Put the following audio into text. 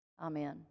Amen